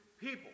people